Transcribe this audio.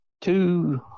two